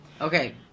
Okay